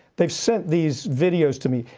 they've sent these videos to me,